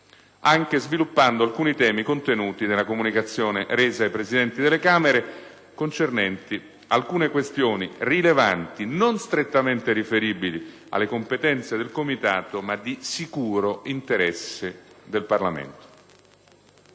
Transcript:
anche sviluppando alcuni temi contenuti nella comunicazione resa ai Presidenti delle Camere, concernenti alcune questioni rilevanti non strettamente riferibili alle competenze del Comitato, ma di sicuro interesse del Parlamento.